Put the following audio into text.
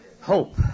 Hope